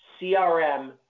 CRM